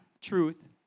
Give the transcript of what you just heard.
truth